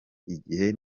igihe